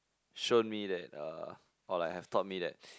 shown me that uh or like have taught me that